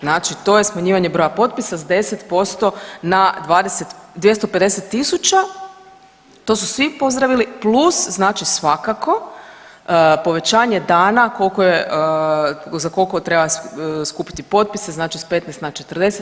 Znači to je smanjivanje broja potpisa s 10% na 250.000, to su svi pozdravili plus znači svakako povećanje dana koliko za koliko treba skupiti potpise znači s 15 na 40.